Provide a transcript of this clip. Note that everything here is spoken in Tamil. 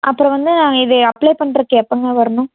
அப்புறம் வந்து நாங்கள் இதை அப்ளை பண்ணுறக்கு எப்போங்க வரணும்